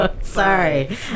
Sorry